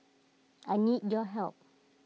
I need your help